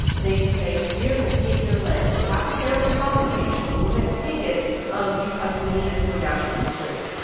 they can say, we're going to take your land. we have to fairly compensate you, but we're going to take it um because we need it for national security.